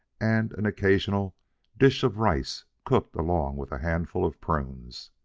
and an occasional dish of rice cooked along with a handful of prunes.